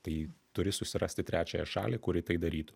tai turi susirasti trečiąją šalį kuri tai darytų